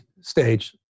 stage